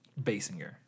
Basinger